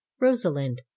Rosalind